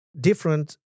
different